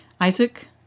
Isaac